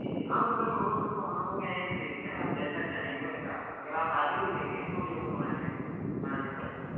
जी जी हाँ तो सर वो सब तो हमारे यहाँ एक से एक है आप जैसा चाहेंगे वैसा अगर आप ऑर्डर भी देंगे तो भी हम लोग बना देंगे बनाने वाले हैं